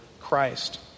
Christ